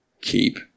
Keep